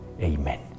Amen